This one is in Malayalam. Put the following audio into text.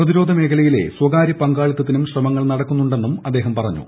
പ പ്രതിരോധ മേഖലയിലെ സ്വകാര്യ പങ്കാളിത്തത്തിനും ശ്രമങ്ങൾ നടക്കുന്നുണ്ടെന്നും അദ്ദേഹം പറഞ്ഞു